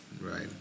Right